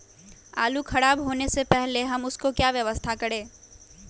आलू खराब होने से पहले हम उसको क्या व्यवस्था करें?